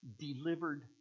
delivered